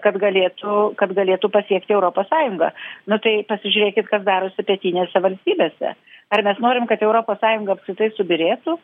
kad galėtų kad galėtų pasiekti europos sąjungą nu tai pasižiūrėkit kas darosi pietinėse valstybėse ar mes norim kad europos sąjunga apskritai subyrėtų